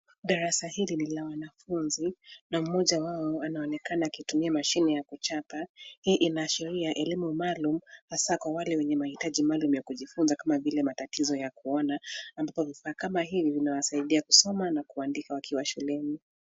Darasa hili ni la wanafunzi na mmoja wao anaonekana akitumia mashine ya kuchapa. Hii inaashiria elimu maalum, hasa kwa wale wenye mahitaji maalum ya kujifunza kama vile matatizo ya kuona, ambapo vifaa kama hivi vinawasaidia kusoma na kuandika wakiwa shuleni.